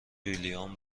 ویلیام